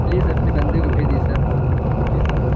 please اپنے بندے کو بھیجی سر جی سر جی